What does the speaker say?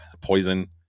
Poison